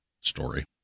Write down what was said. story